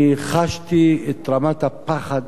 אני חשתי את רמת הפחד